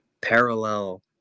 parallel